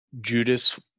Judas